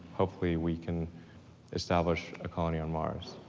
hopefully, we can establish a colony on mars,